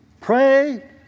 Pray